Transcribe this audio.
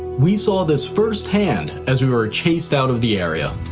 we saw this firsthand as we were chased out of the area.